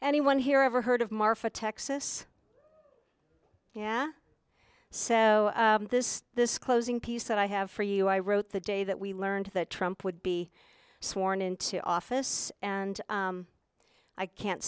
anyone here ever heard of marfa texas yeah so this this closing piece that i have for you i wrote the day that we learned that trump would be sworn into office and i can't